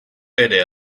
era